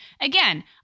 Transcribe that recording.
Again